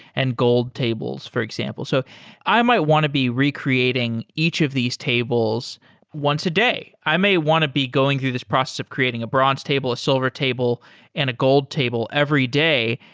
and gold tables, for example. so i might want to be recreating each of these tables once a day. i may want to be going through this process of creating a bronze table, a silver table and a gold table every day.